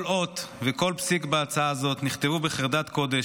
כל אות וכל פסיק בהצעה הזאת נכתבו בחרדת קודש